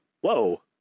Whoa